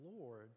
Lord